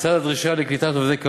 לצד הדרישה לקליטת עובדי קבלן,